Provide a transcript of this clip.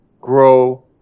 grow